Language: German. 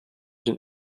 den